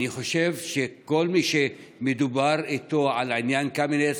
אני חושב שכל מי שמדברים איתו בעניין קמיניץ